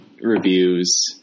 reviews